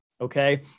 Okay